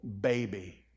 baby